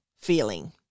feeling